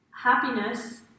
happiness